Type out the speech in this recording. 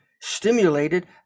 stimulated